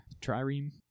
trireme